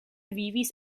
vivis